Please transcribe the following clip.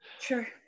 Sure